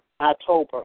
October